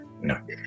No